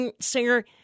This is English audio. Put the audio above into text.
singer